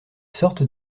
sortent